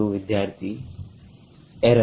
ವಿದ್ಯಾರ್ಥಿಎರರ್